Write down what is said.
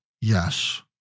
Yes